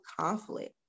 conflict